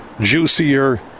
juicier